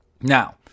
Now